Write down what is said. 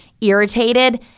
irritated